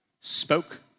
spoke